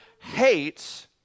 hates